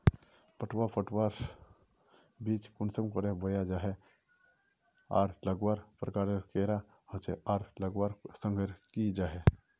पटवा पटवार बीज कुंसम करे बोया जाहा जाहा आर लगवार प्रकारेर कैडा होचे आर लगवार संगकर की जाहा?